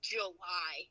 July